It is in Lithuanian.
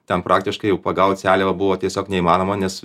ten praktiškai jau pagaut seliavą buvo tiesiog neįmanoma nes